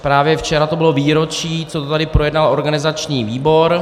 Právě včera to bylo výročí, co to tady projednal organizační výbor.